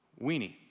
weenie